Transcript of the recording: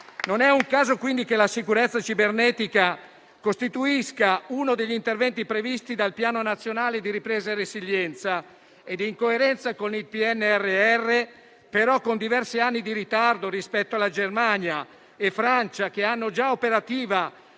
Non è un caso quindi che la sicurezza cibernetica costituisca uno degli interventi previsti dal Piano nazionale di ripresa e resilienza. In coerenza con il PNRR, però con diversi anni di ritardo rispetto a Germania e Francia, che hanno già operativa